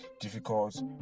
difficult